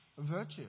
virtue